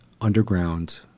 underground